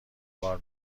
بار